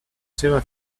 seva